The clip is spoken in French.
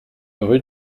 rue